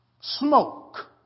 smoke